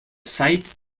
site